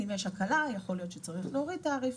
אם יש הקלה אז יכול להיות שצריך להוריד את התעריף.